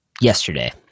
Yesterday